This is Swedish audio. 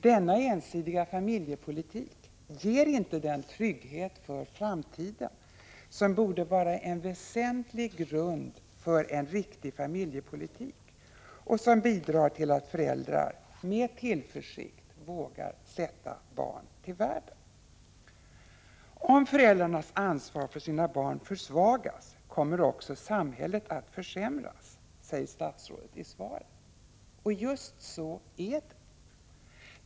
Denna ensidiga familjepolitik ger inte den trygghet för framtiden som borde vara en väsentlig grund för en riktig familjepolitik och som bidrar till att människor med tillförsikt vågar sätta barn till världen. Om föräldrarnas ansvar för sina barn försvagas, kommer också samhället att försämras, säger statsrådet i svaret. Just så är det.